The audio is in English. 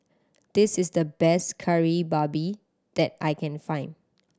this is the best Kari Babi that I can find